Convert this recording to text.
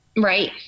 Right